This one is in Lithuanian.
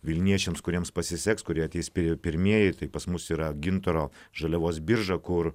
vilniečiams kuriems pasiseks kurie ateis spėjo pirmieji tai pas mus yra gintaro žaliavos birža kur